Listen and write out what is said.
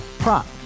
Prop